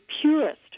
purest